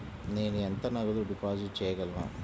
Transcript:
నేను ఎంత నగదు డిపాజిట్ చేయగలను?